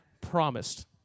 promised